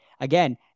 again